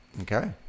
Okay